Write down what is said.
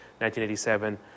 1987